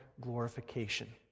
glorification